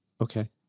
Okay